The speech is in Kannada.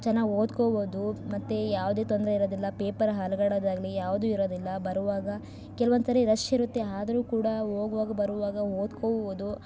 ಚೆನ್ನಾಗಿ ಓದ್ಕೋಬೌದು ಮತ್ತು ಯಾವುದೇ ತೊಂದರೆ ಇರೋದಿಲ್ಲ ಪೇಪರ್ ಅಲ್ಗಾಡೋದಾಗ್ಲಿ ಯಾವುದೂ ಇರೋದಿಲ್ಲ ಬರುವಾಗ ಕೆಲ್ವೊಂದು ಸರಿ ರಶ್ ಇರುತ್ತೆ ಆದ್ರೂ ಕೂಡ ಹೋಗುವಾಗ ಬರುವಾಗ ಓದ್ಕೋಬೌದು